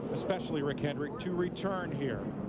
especially rick hendrick to return here.